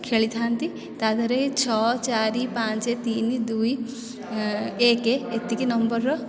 ଖେଳିଥାନ୍ତି ତା' ଦେହରେ ଏଇ ଛଅ ଚାରି ପାଞ୍ଚ ତିନି ଦୁଇ ଏକ ଏତିକି ନମ୍ବରର